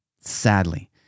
Sadly